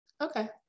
Okay